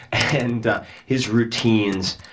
and his routines.